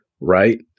right